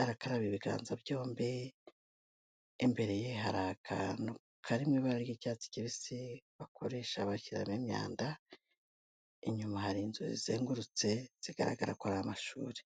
arakaraba ibiganza byombi, imbere ye hari akantu kari mu ibara ry'icyatsi kibisi bakoresha bashyiramo imyanda, inyuma hari inzu zizengurutse zigaragara ko ari amashuri.